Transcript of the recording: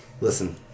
Listen